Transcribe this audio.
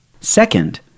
Second